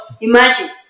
imagine